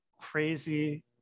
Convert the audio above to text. crazy